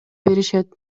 беришет